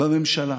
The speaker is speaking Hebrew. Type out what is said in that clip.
בממשלה.